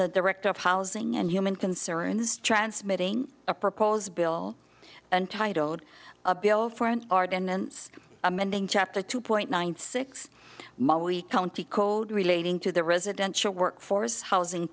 the director of housing and human concerns transmitting a proposed bill untitled a bill for an ordinance amending chapter two point nine six mo we county code relating to the residential workforce housing